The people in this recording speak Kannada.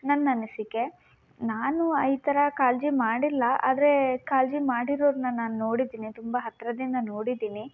ನನ್ನ ಅನಿಸಿಕೆ ನಾನುವ ಈ ಥರ ಕಾಳಜಿ ಮಾಡಿಲ್ಲ ಆದರೆ ಕಾಳಜಿ ಮಾಡಿರೋದನ್ನ ನಾನು ನೋಡಿದ್ದೀನಿ ತುಂಬಾ ಹತ್ರದಿಂದ ನೋಡಿದ್ದೀನಿ